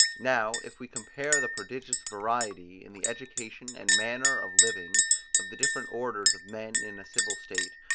now, if we compare the prodigious variety in the education and manner of living of the different orders of men in a civil state,